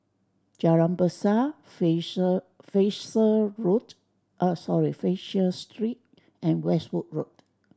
Jalan Besar Fraser Fraser Road Ah Sorry Fraser Street and Westwood Road